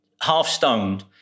half-stoned